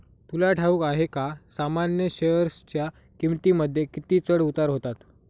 तुला ठाऊक आहे का सामान्य शेअरच्या किमतींमध्ये किती चढ उतार होतात